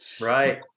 Right